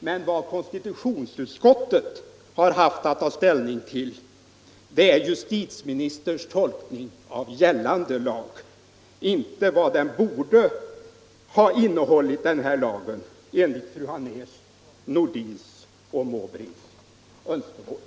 Men vad konstitutionsutskottet har haft att ta ställning till är justitieministerns tolkning av gällande lag, inte vad lagen borde ha innehållit enligt fru Anérs, herr Nordins och herr Måbrinks önskemål.